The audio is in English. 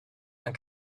and